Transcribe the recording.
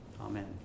Amen